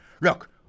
Look